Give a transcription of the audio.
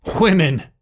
women